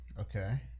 Okay